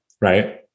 right